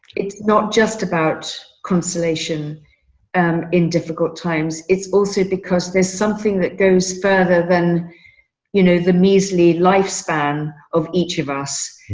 it's not just about consolation and in difficult times. it's also because there's something that goes further than you know the measly lifespan of each of us.